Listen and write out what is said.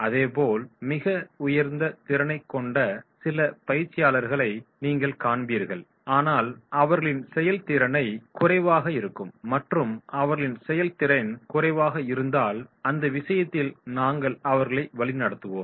அதேபோல் மிக உயர்ந்த திறனைக் கொண்ட சில பயிற்சியாளர்களை நீங்கள் காண்பீர்கள் ஆனால் அவர்களின் செயல்திறன் குறைவாக இருக்கும் மற்றும் அவர்களின் செயல்திறன் குறைவாக இருந்தால் அந்த விஷயத்தில் நாங்கள் அவர்களை வழிநடத்துவோம்